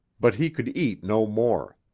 but he could eat no more.